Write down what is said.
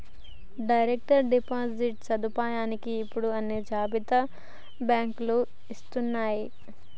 direct deposit సదుపాయాన్ని ఇప్పుడు అన్ని జాతీయ బ్యేంకులూ ఇస్తన్నయ్యి